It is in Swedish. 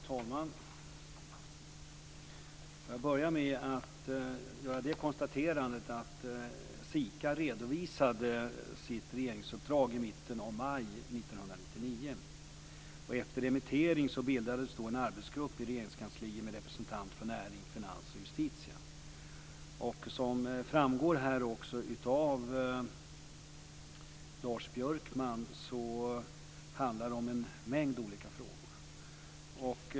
Fru talman! Jag börjar med att konstatera att SI KA redovisade sitt regeringsuppdrag i mitten av maj Regeringskansliet med representanter för Näringsdepartementet, Finansdepartementet och Justitiedepartementet. Som framgår av Lars Björkmans anförande handlar det om en mängd olika frågor.